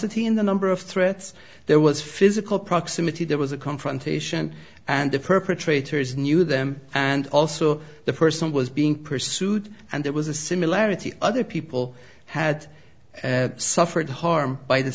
in the number of threats there was physical proximity there was a confrontation and the perpetrators knew them and also the person was being pursued and there was a similarity other people had suffered harm by the